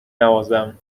نوازم